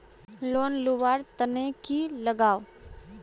Loan लुवा र तने की लगाव?